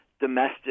domestic